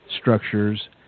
structures